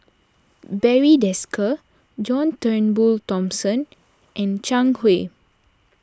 Barry Desker John Turnbull Thomson and Zhang Hui